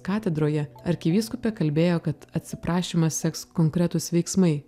katedroje arkivyskupė kalbėjo kad atsiprašymą seks konkretūs veiksmai